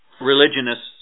religionists